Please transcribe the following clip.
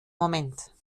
moment